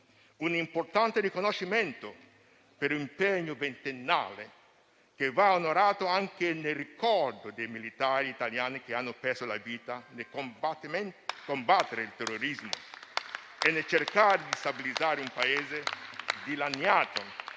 un importante riconoscimento per un impegno ventennale, che va onorato anche nel ricordo dei militari italiani che hanno perso la vita combattendo il terrorismo e cercando di stabilizzare un Paese dilaniato